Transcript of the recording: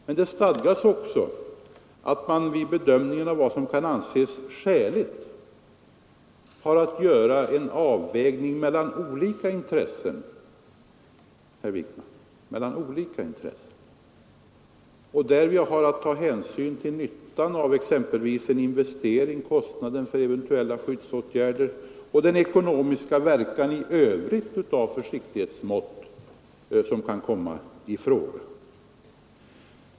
Men det stadgas också att man vid bedömningen av vad som kan anses skäligt har att göra en avvägning mellan olika intressen och därvid ta hänsyn till nyttan av exempelvis en investering, kostnaden för eventuella skyddsåtgärder och den ekonomiska verkan i övrigt av försiktighetsmått som kan komma i fråga.